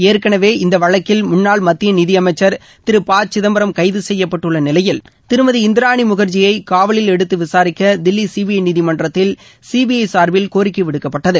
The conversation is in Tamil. ஏற்களவே இந்த வழக்கில் முன்னாள் மத்திய நிதியமைச்சர் திரு ப சிதம்பரம் கைது செய்யப்பட்டுள்ள நிலையில் திருமதி இந்திரானி முகர்ஜியை காவலில் எடுத்து விசாரிக்க தில்லி சிபிஐ நீதிமன்றத்தில் சிபிஐ சார்பில் கோரிக்கை விடுக்கப்பட்டது